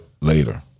later